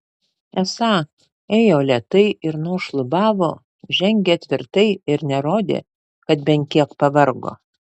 esą ėjo lėtai ir nors šlubavo žengė tvirtai ir nerodė kad bent kiek pavargo